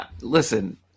listen